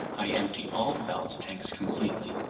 i empty all the ballast tanks completely.